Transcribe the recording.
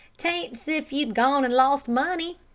t ain't s if you'd gone and lost money.